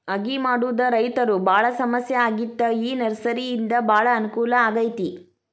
ಅಗಿ ಮಾಡುದ ರೈತರು ಬಾಳ ಸಮಸ್ಯೆ ಆಗಿತ್ತ ಈ ನರ್ಸರಿಯಿಂದ ಬಾಳ ಅನಕೂಲ ಆಗೈತಿ